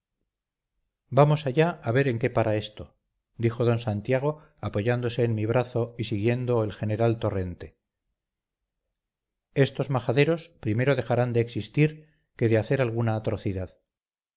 vamos allá a ver en qué para esto dijo d santiago apoyándose en mi brazo y siguiendo el general torrente estos majaderos primero dejarán de existir que de hacer alguna atrocidad